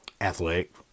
athletic